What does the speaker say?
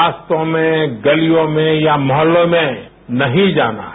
रास्तों में गलियों में या मोहल्लों में नहीं जाना है